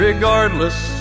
Regardless